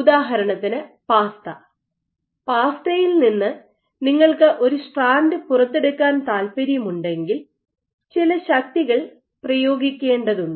ഉദാഹരണത്തിന് പാസ്ത പാസ്തയിൽ നിന്ന്നിങ്ങൾക്ക് ഒരു സ്ട്രാന്റ് പുറത്തെടുക്കാൻ താൽപ്പര്യമുണ്ടെങ്കിൽ ചില ശക്തികൾ പ്രയോഗിക്കേണ്ടതുണ്ട്